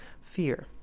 fear